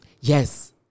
Yes